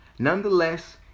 Nonetheless